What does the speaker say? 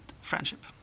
friendship